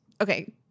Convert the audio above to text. Okay